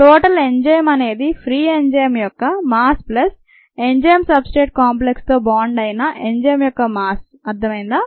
total enzyme అనేది free enzyme యొక్క mass plus enzyme substrate కాంప్లెక్స్తో బాండ్ అయిన ఎంజైమ్ యొక్క మాస్ అర్థమైందా